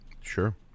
Sure